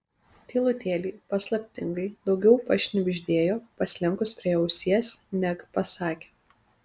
tylutėliai paslaptingai daugiau pašnibždėjo pasilenkus prie jo ausies neg pasakė